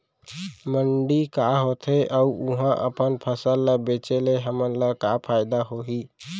मंडी का होथे अऊ उहा अपन फसल ला बेचे ले हमन ला का फायदा होही?